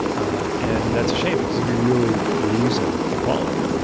and that's a shame because if he really believes in equality,